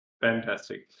Fantastic